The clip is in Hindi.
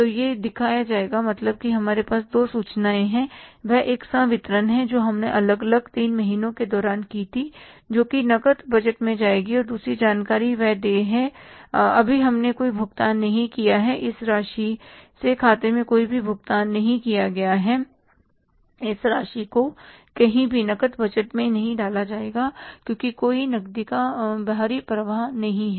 तो यह दिखाया जाएगा मतलब हमारे पास दो सूचनाएं हैं एक वह संवितरण है जो हमने अलग अलग 3 महीनों के दौरान की थी जोकि नकद बजट में जाएगी और दूसरी जानकारी वह देय है अभी हमने कोई भुगतान नहीं किया है इस राशि से खाते में कोई भी भुगतान नहीं किया है इस राशि को कहीं भी नकद बजट में नहीं डाला जाएगा क्योंकि कोई नकदी का बाहरी प्रवाह नहीं है